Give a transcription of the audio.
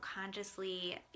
consciously